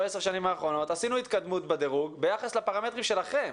עשר השנים האחרונות עשינו התקדמות בדירוג ביחס לפרמטרים שלכם,